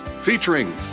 Featuring